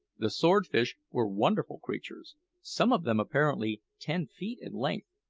the swordfish were wonderful creatures some of them apparently ten feet in length,